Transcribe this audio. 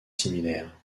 similaire